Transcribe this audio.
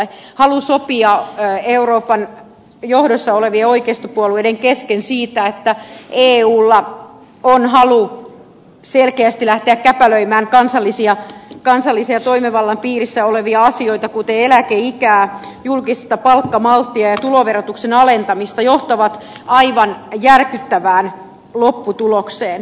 on halu sopia euroopan johdossa olevien oikeistopuolueiden kesken siitä että eulla on halu selkeästi lähteä käpälöimään kansallisen toimivallan piirissä olevia asioita kuten eläkeikää julkista palkkamalttia ja tuloverotuksen alentamista mikä johtaa aivan järkyttävään lopputulokseen